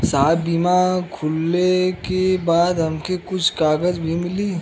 साहब बीमा खुलले के बाद हमके कुछ कागज भी मिली?